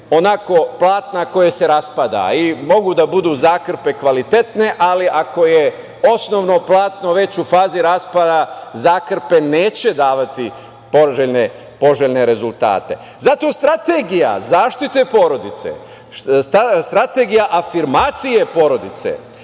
onako, platna koje se raspada. Mogu da budu zakrpe kvalitetne, ali ako je osnovno platno već u fazi raspada zakrpe neće davati poželjne rezultate. Zato, Strategija zaštite porodice, Strategija afirmacije porodice